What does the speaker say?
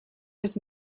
was